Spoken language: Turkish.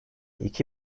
iki